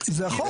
זה החוק.